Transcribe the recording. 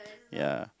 ya